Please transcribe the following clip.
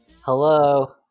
Hello